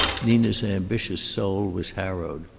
nina's ambitious soul was harrowed.